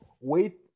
wait